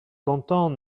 content